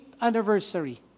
anniversary